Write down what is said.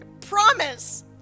promise